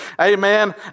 Amen